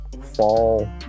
fall